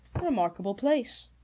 remarkable place,